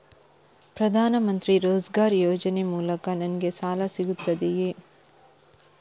ಪ್ರದಾನ್ ಮಂತ್ರಿ ರೋಜ್ಗರ್ ಯೋಜನೆ ಮೂಲಕ ನನ್ಗೆ ಸಾಲ ಸಿಗುತ್ತದೆಯೇ?